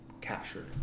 captured